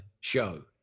show